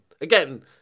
Again